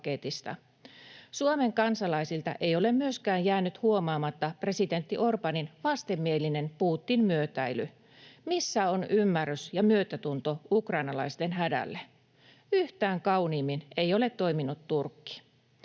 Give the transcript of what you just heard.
Suomen kansalaisilta ei ole myöskään jäänyt huomaamatta presidentti Orbánin vastenmielinen Putin-myötäily. Missä on ymmärrys ja myötätunto ukrainalaisten hädälle? Yhtään kauniimmin ei ole toiminut Turkki.